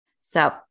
So-